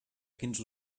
quins